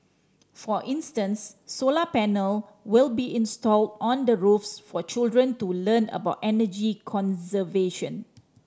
for instance solar panel will be installed on the roofs for children to learn about energy conservation